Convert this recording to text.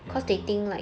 ya I know